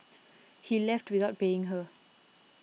he left without paying her